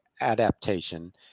adaptation